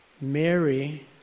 Mary